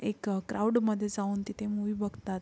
एक क्राऊडमध्ये जाऊन तिथे मूवी बघतात